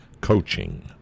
coaching